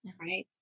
right